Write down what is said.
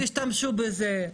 תשתמשו בזה.